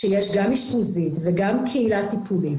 שיש גם אשפוזית וגם קהילה טיפולית.